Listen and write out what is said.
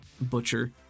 butcher